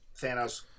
Thanos